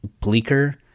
bleaker